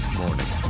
morning